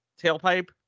tailpipe